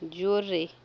ଜୋରରେ